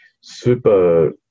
super